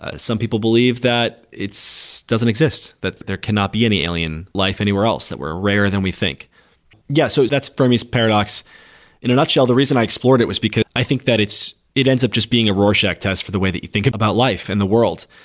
ah some people believe that it doesn't exist, that there cannot be any alien life anywhere else, that we're rarer than we think yeah, so that's fermi's paradox in a nutshell. the reason i explored it was because, i think that it's it ends up just being a rorschach test for the way that you think about life and the world.